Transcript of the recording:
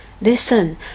Listen